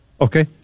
Okay